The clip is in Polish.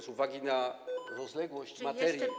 Z uwagi na rozległość materii.